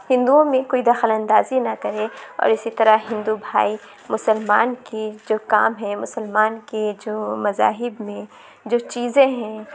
ہندوؤں میں کوئی دخل اندازی نہ کرے اور اسی طرح ہندو بھائی مسلمان کی جو کام ہیں مسلمان کے جو مذاہب میں جو چیزیں ہیں